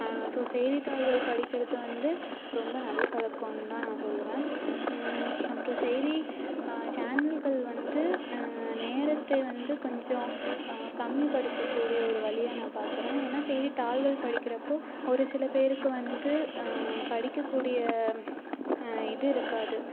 so செய்தித்தாள்கள் படிக்கிறது வந்து ரொம்ப நல்ல பழக்கம்னு தான் நான் சொல்லுவேன் அப்புறம் செய்தி சேனல்கள் வந்து நேரத்தை வந்து கொஞ்சம் கம்மிப்படுத்த கூடிய ஒரு வழியாக நான் பார்க்குறேன் ஏன்னா செய்தித்தாள்கள் படிக்கிறப்போ ஒரு சில பேருக்கு வந்து படிக்கக் கூடிய இது இருக்காது